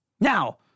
Now